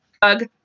Bug